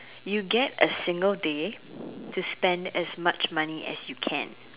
you get a single day to spend as much money as you can